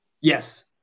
Yes